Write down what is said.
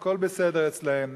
הכול בסדר אצלם,